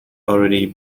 already